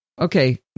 Okay